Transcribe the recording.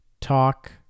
talk